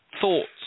thoughts